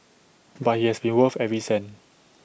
but IT has been worth every cent